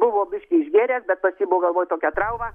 buvo biškį išgėręs bet pas jį buvo galvoj tokia trauma